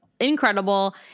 Incredible